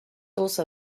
also